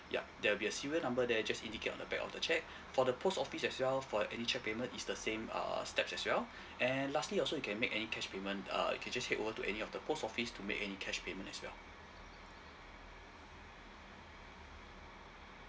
ya there will be a serial number there just indicate on the back on the cheque for the post office as well for any cheque payment is the same uh steps as well and lastly also you can make any cash payment uh you can just head over to any of the post office to make any cash payment as well